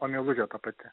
o meilužė ta pati